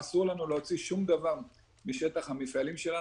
אסור לנו להוציא שום דבר משטח המפעלים שלנו.